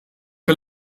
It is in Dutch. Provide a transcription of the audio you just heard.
wil